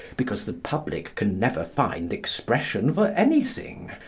because the public can never find expression for anything.